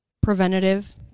preventative